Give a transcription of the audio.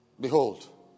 Behold